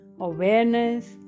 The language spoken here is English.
awareness